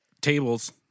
Tables